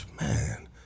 Man